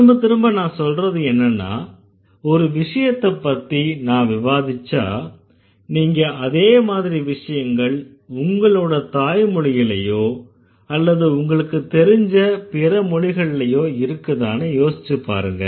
திரும்பத்திரும்ப நான் சொல்றது என்னன்னா ஒரு விஷயத்தப்பத்தி நான் விவாதிச்சா நீங்க அதே மாதிரி விஷயங்கள் உங்களோட தாய்மொழியிலயோ அல்லது உங்களுக்குத் தெரிஞ்ச பிற மொழிகள்லயோ இருக்குதான்னு யோசிச்சுப்பாருங்க